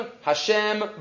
Hashem